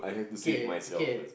okay okay